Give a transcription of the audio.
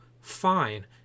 fine